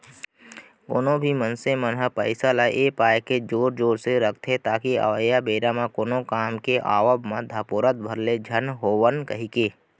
कोनो भी मनसे मन ह पइसा ल ए पाय के जोर जोर के रखथे ताकि अवइया बेरा म कोनो काम के आवब म धपोरत भर ले झन होवन कहिके